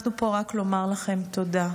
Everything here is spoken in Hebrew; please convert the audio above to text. אנחנו פה רק לומר לכם תודה,